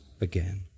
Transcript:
again